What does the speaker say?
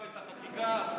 אז אתם משנים גם את החקיקה,